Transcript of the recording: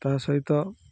ତା ସହିତ